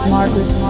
Margaret